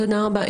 תודה רבה.